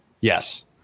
yes